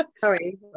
sorry